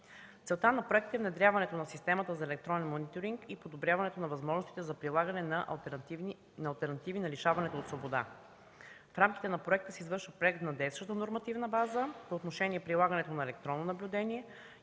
Целта на проекта е внедряването на системата за електронен мониторинг и подобряването на възможностите за прилагане на алтернативи на лишаването от свобода. В рамките на проекта се извършва проект за изменение на действащата нормативна база по отношение на прилагането на електронно наблюдение